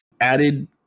added